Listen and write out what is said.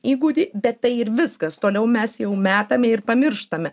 įgūdį bet tai ir viskas toliau mes jau metame ir pamirštame